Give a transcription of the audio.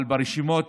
אבל ברשימת